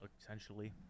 Essentially